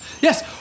Yes